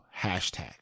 hashtag